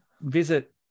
visit